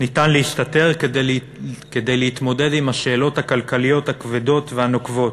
ניתן להסתתר כדי לא להתמודד עם השאלות הכלכליות הכבדות והנוקבות.